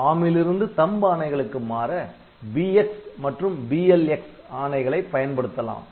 ARM லிருந்து THUMB ஆணைகளுக்கு மாற BX மற்றும் BLX ஆணைகளைப் பயன்படுத்தலாம்